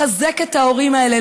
לחזק את ההורים האלה,